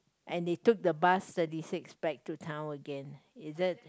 and they took the bus thirty six back to town again is it